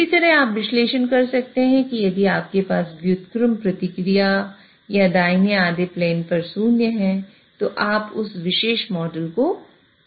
इसी तरह आप विश्लेषण कर सकते हैं कि यदि आपके पास व्युत्क्रम प्रतिक्रिया या दाहिनी आधे प्लेन पर शून्य है तो आप उस विशेष मॉडल को पलट नहीं सकते